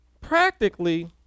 practically